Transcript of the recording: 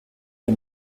der